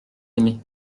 aimé